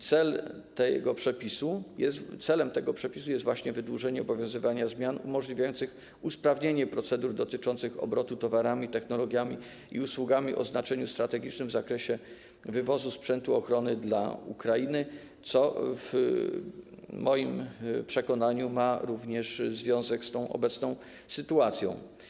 Celem tego przepisu jest właśnie wydłużenie obowiązywania zmian umożliwiających usprawnienie procedur dotyczących obrotu towarami, technologiami i usługami o znaczeniu strategicznym w zakresie wywozu sprzętu ochronnego dla Ukrainy, co w moim przekonaniu ma również związek z obecną sytuacją.